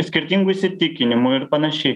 skirtingų įsitikinimų ir panašiai